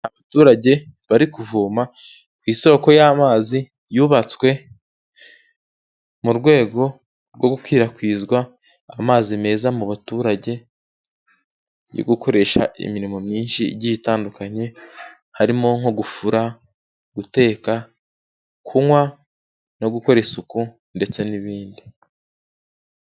Abaturage bari kuvoma ku isoko y'amazi, yubatswe mu rwego rwo gukwirakwizwa, amazi meza mu baturage yo gukoresha imirimo myinshi igiye itandukanye, harimo nko gufura, guteka, kunywa no gukora isuku ndetse n'ibindi.